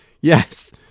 yes